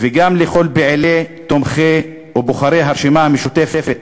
וגם לכל פעילי, תומכי ובוחרי הרשימה המשותפת,